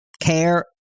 care